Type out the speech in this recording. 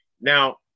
Now